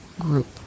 group